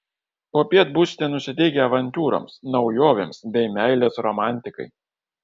popiet būsite nusiteikę avantiūroms naujovėms bei meilės romantikai